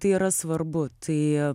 tai yra svarbu tai